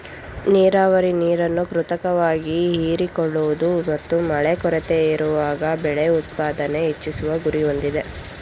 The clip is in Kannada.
ನೀರಾವರಿ ನೀರನ್ನು ಕೃತಕವಾಗಿ ಹೀರಿಕೊಳ್ಳುವುದು ಮತ್ತು ಮಳೆ ಕೊರತೆಯಿರುವಾಗ ಬೆಳೆ ಉತ್ಪಾದನೆ ಹೆಚ್ಚಿಸುವ ಗುರಿ ಹೊಂದಿದೆ